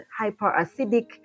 hyperacidic